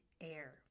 air